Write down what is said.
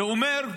זה אומר: